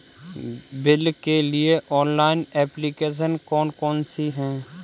Bill के लिए online application कौन कौन सी हैं?